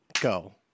Go